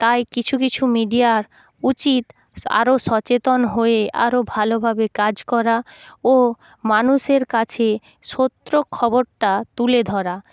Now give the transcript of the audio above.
তাই কিছু কিছু মিডিয়ার উচিত স আরো সচেতন হয়ে আরো ভালোভাবে কাজ করা ও মানুষের কাছে সত্য খবরটা তুলে ধরা